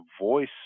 voice